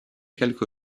quelque